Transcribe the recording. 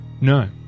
No